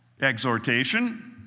exhortation